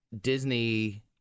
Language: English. Disney